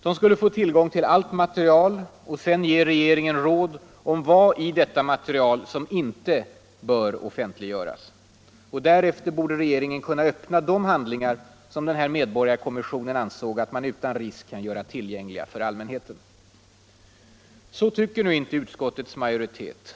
De skulle få tillgång till allt material och sedan ge regeringen råd om vad i detta material som inte bör offentliggöras. Därefter borde regeringen kunna öppna de handlingar som denna medborgarkommission ansåg att man utan risk kan göra tillgängliga för allmänheten. Så tycker nu inte utskottets majoritet.